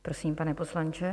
Prosím, pane poslanče.